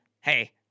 hey